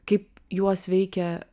kaip juos veikia